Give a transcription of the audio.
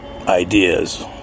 ideas